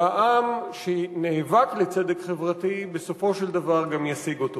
והעם שנאבק על צדק חברתי בסופו של דבר גם ישיג אותו.